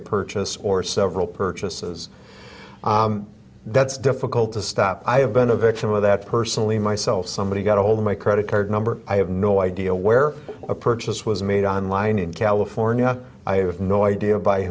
a purchase or several purchases that's difficult to stop i have been a victim of that personally myself somebody got ahold of my credit card number i have no idea where a purchase was made on line in california i have no idea by